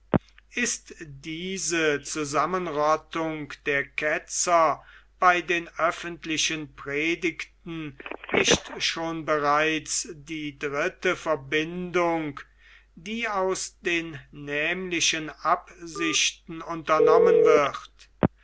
ist diese zusammenrottung der ketzer bei den öffentlichen predigten nicht schon bereits die dritte verbindung die aus den nämlichen absichten unternommen wird